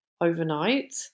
overnight